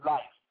Life